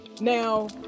Now